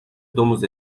domuz